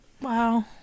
wow